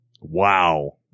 Wow